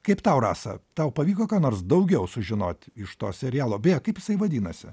kaip tau rasa tau pavyko ką nors daugiau sužinot iš to serialo beje kaip jisai vadinasi